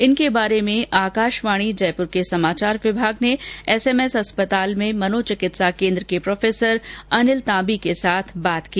इनके बारे में आकाशवाणी जयपुर के समाचार विभाग ने एसएमएस अस्पताल में मनोचिकित्सा केन्द्र के प्रोफेसर अनिल तांवी के साथ बात की